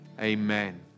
Amen